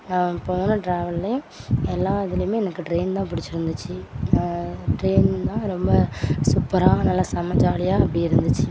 நான் போன ட்ராவல்லே எல்லா இதுலேயுமே எனக்கு ட்ரெயின் தான் பிடிச்சிருந்துச்சி ட்ரெயின் தான் ரொம்ப சூப்பராக நல்லா செம்ம ஜாலியாக அப்படி இருந்துச்சு